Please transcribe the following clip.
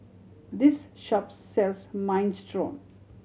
this shop sells Minestrone